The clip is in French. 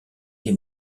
les